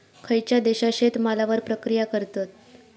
खयच्या देशात शेतमालावर प्रक्रिया करतत?